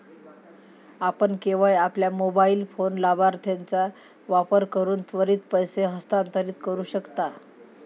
आपण केवळ आपल्या मोबाइल फोन लाभार्थीचा वापर करून त्वरित पैसे हस्तांतरित करू शकता